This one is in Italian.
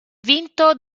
vinto